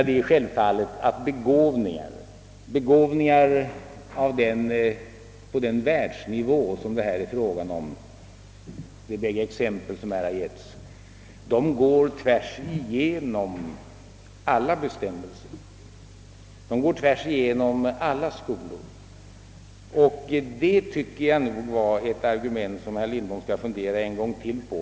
— Det är självfallet att begåvningar på den världsnivå som dessa bägge exempel hänför sig till går tvärsigenom alla bestämmelser. Detta är nog ett argument som herr Lindholm skall fundera en gång till på.